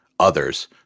Others